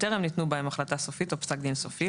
וטרם ניתנו בהם החלטה סופית או פסק דין סופי,